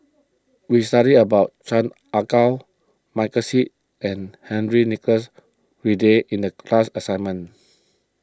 we studied about Chan Ah Kow Michael Seet and Henry Nicholas Ridley in the class assignment